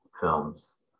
films